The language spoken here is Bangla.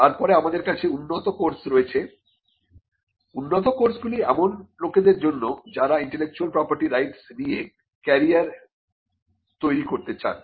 তারপরে আমাদের কাছে উন্নত কোর্স রয়েছে উন্নত কোর্সগুলি এমন লোকদের জন্য যারা ইন্টেলেকচুয়াল প্রপার্টি রাইট নিয়ে ক্যারিয়ার তৈরি করতে চান